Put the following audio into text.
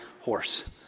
horse